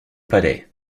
palais